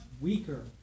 weaker